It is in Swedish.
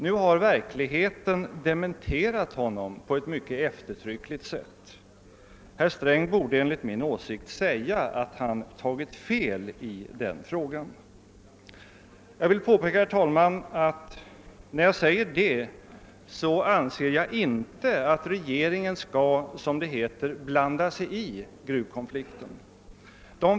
Nu har verkligheten dementerat honom på ett eftertryckligt sätt. Herr Sträng borde enlig min åsikt säga att han tagit fel i den frågan. När jag säger detta, herr talman, anser jag inte att regeringen bör, som det heter, blanda sig i gruvkonflikten.